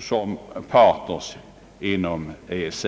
som partners inom EEC.